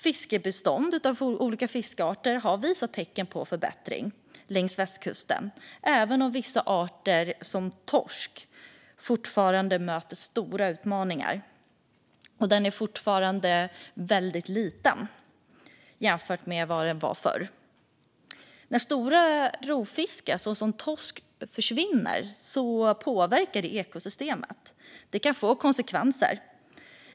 Fiskbestånd av olika arter har visat tecken på förbättring längs västkusten, även om vissa arter, som torsken, fortfarande står inför stora utmaningar. Den är också fortfarande väldigt liten jämfört med förr. När stora rovfiskar, såsom torsk, försvinner påverkar det ekosystemet. Det kan få konsekvenser.